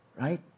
right